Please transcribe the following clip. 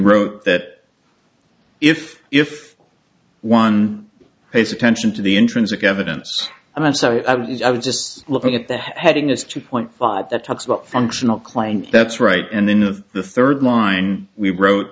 wrote that if if one pays attention to the intrinsic evidence i have so it is i'm just looking at the heading is two point five that talks about functional client that's right and then of the third line we wrote